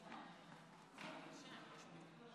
(עבירות בנשק),